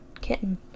Kitten